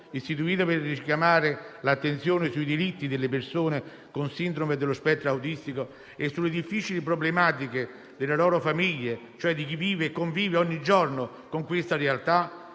istituita per richiamare l'attenzione sui diritti delle persone con sindrome dello spettro autistico e sulle difficili problematiche delle loro famiglie, cioè di chi vive e convive ogni giorno con quella realtà,